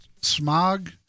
smog